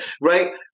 right